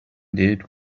did